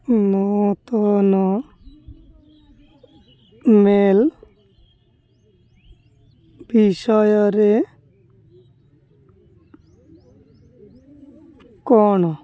ନୂତନ ମେଲ୍ ବିଷୟରେ କ'ଣ